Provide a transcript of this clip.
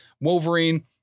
Wolverine